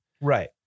right